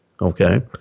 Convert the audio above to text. Okay